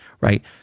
right